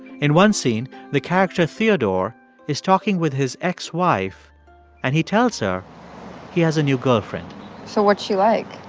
in one scene, the character theodore is talking with his ex-wife, and he tells her he has a new girlfriend so what's she like?